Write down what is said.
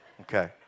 Okay